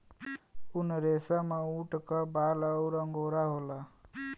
उनरेसमऊट क बाल अउर अंगोरा होला